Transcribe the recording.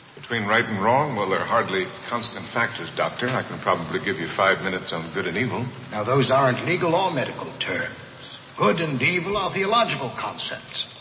between right and wrong? well, they're hardly constant factors, doctor. i could probably give you five minutes on good and evil. now, those aren't legal or medical terms. good and evil are ah theological concepts.